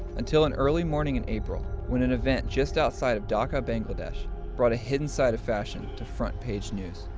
until an early morning in april, when an event just outside of dhaka, bangladesh brought a hidden side of fashion to front page news.